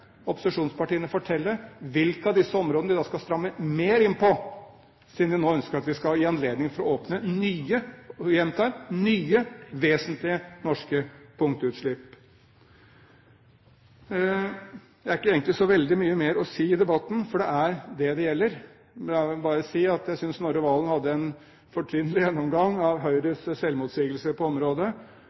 opposisjonspartiene fortelle hvilke av disse områdene de da skal stramme mer inn på, siden de nå ønsker at vi skal gi anledning til å åpne nye – jeg gjentar nye – vesentlige norske punktutslipp. Det er egentlig ikke så veldig mye mer å si i debatten, for det er dette det gjelder. La meg bare si at jeg synes Snorre Serigstad Valen hadde en fortrinnlig gjennomgang av Høyres selvmotsigelser på området.